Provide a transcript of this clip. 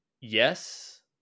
Yes